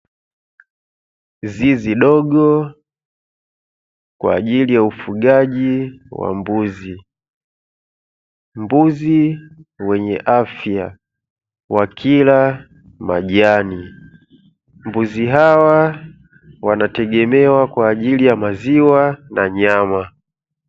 Zizi dogo kwa ajili ya ufugaji wa mbuzi. Mbuzi wenye afya wakila majani, mbuzi hawa wanategemewa kwa ajili ya maziwa na nyama.